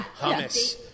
hummus